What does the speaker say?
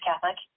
Catholic